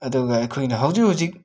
ꯑꯗꯨꯒ ꯑꯩꯈꯣꯏꯅ ꯍꯧꯖꯤꯛ ꯍꯧꯖꯤꯛ